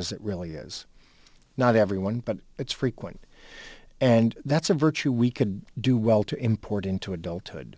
as it really is not everyone but it's frequent and that's a virtue we could do well to import into adulthood